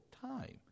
time